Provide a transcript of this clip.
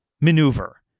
maneuver